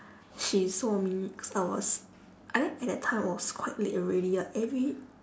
she saw me cause I was I think at that time it was quite late already like every